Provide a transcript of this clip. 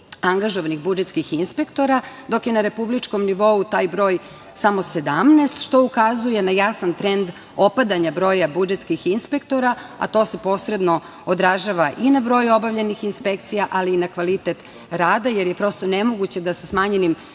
angažovanih budžetskih inspektora, dok je na republičkom nivou taj broj samo 17, što ukazuje na jasan trend opadanja broja budžetskih inspektora, a to se posredno odražava i na broj obavljenih inspekcija, ali i na kvalitet rada, jer je prosto nemoguće da sa smanjenim